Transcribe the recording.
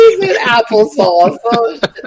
applesauce